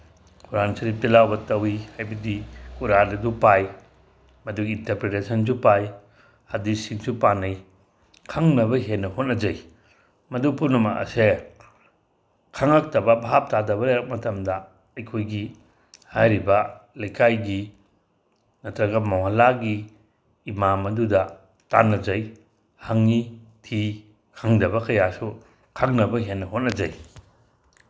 ꯀꯨꯔꯥꯟꯁꯤꯔꯤꯞ ꯄꯤꯂꯥꯋꯠ ꯇꯧꯋꯤ ꯍꯥꯏꯕꯗꯤ ꯀꯨꯔꯥꯟ ꯑꯗꯨ ꯄꯥꯏ ꯃꯗꯨꯒꯤ ꯏꯟꯇꯔꯄ꯭ꯔꯤꯇꯦꯁꯟꯁꯨ ꯄꯥꯏ ꯑꯙꯤꯁꯤꯛꯁꯨ ꯄꯥꯅꯩ ꯈꯪꯅꯕ ꯍꯦꯟꯅ ꯍꯣꯠꯅꯖꯩ ꯃꯗꯨ ꯄꯨꯝꯅꯃꯛ ꯑꯁꯦ ꯈꯪꯉꯛꯇꯕ ꯚꯥꯞ ꯇꯥꯗꯕ ꯂꯩꯔꯛꯄ ꯃꯇꯝꯗ ꯑꯩꯈꯣꯏꯒꯤ ꯍꯥꯏꯔꯤꯕ ꯂꯩꯀꯥꯏꯒꯤ ꯅꯠꯇ꯭ꯔꯒ ꯃꯣꯍꯂꯥꯒꯤ ꯏꯃꯥꯝ ꯑꯗꯨꯗ ꯇꯥꯟꯅꯖꯩ ꯍꯪꯉꯤ ꯊꯤ ꯈꯪꯗꯕ ꯀꯌꯥꯁꯨ ꯈꯪꯅꯕ ꯍꯦꯟꯅ ꯍꯣꯠꯅꯖꯩ